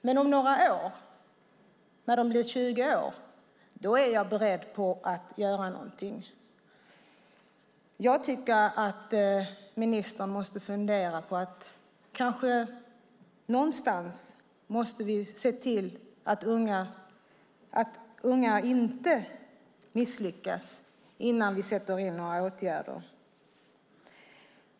Men om några år när ungdomarna blir 20 år är jag beredd att göra någonting. Jag tycker att ministern måste fundera på att vi kanske någonstans måste se till att unga inte misslyckas innan vi vidtar några åtgärder.